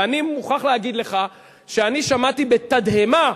ואני מוכרח להגיד לך שאני שמעתי בתדהמה,